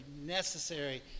necessary